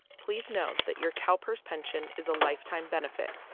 please know that your calpers pension is a lifetime benefit,